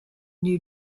new